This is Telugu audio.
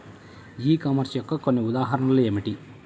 ఈ కామర్స్ యొక్క కొన్ని ఉదాహరణలు ఏమిటి?